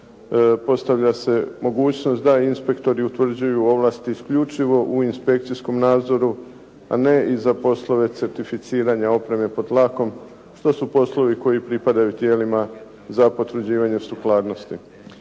Postavlja se mogućnost da inspektori utvrđuju ovlasti isključivo u inspekcijskom nadzoru, a ne i za poslove certificiranja opreme pod tlakom što su poslovi koji pripadaju tijelima za potvrđivanje sukladnosti.